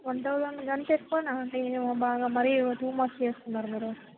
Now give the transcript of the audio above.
one thousand గంత ఎక్కువనా అండి ఏమో బాగా మరి టూ మచ్ చేస్తున్నారు మీరు